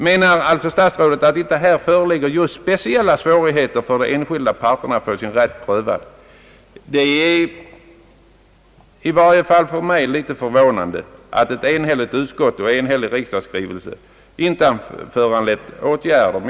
Menar statsrådet att inte här föreligger just speciella svårigheter för de enskilda parterna att få sin rätt prövad? Det är i varje fall för mig mycket förvånande, att ett enhälligt utskottsutlåtande och en enhällig riksdagsskrivelse inte föranlett några åtgärder.